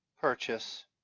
purchase